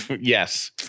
Yes